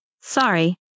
Sorry